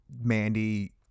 Mandy